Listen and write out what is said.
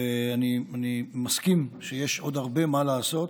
אני מסכים שיש עוד הרבה מה לעשות,